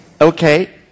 Okay